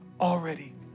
already